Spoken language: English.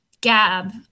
Gab